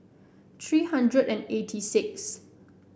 three hundred and eighty sixth